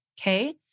okay